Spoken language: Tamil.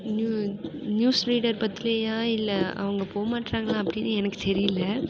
நு நியூஸ் ரீடர் பத்துலியா இல்லை அவங்க போ மாட்றாங்களா அப்படின்னு எனக்கு தெரியிலை